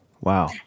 Wow